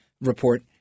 report